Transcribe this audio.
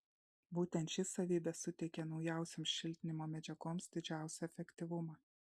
būtent ši savybė suteikia naujausioms šiltinimo medžiagoms didžiausią efektyvumą